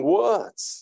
words